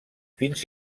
fins